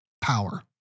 power